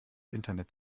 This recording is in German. internet